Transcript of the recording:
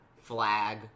flag